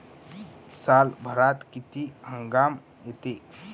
सालभरात किती हंगाम येते?